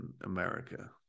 America